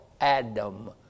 Adam